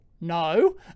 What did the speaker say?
no